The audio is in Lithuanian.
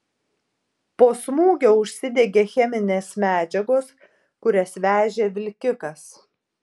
po smūgio užsidegė cheminės medžiagos kurias vežė vilkikas